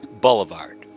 Boulevard